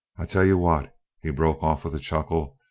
i tell you what he broke off with a chuckle,